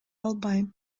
албайм